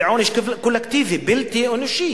זה עונש קולקטיבי בלתי אנושי.